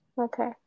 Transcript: Okay